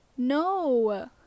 no